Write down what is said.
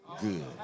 good